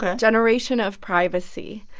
ah generation of privacy.